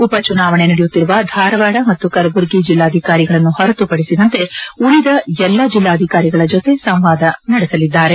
ಉಪಚುನಾವಣೆ ನಡೆಯುತ್ತಿರುವ ಧಾರವಾದ ಮತ್ತು ಕಲಬುರಗಿ ಜಿಲ್ಲಾಧಿಕಾರಿಗಳನ್ನು ಹೊರತುಪಡಿಸಿದಿಂತೆ ಉಳಿದ ಜಿಲ್ಲಾಧಿಕಾರಿಗಳ ಜೊತೆ ಸಂವಾದ ನಡೆಸಲಿದ್ದಾರೆ